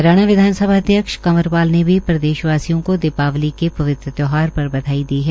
हरियाणा विधानसभा अध्यक्ष कंवर पाल ने भी प्रदेशवासियों को दीपावली के पवित्र त्यौहार पर बधाई दी है